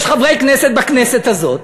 יש חברי כנסת בכנסת הזאת,